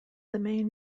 main